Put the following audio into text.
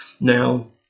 now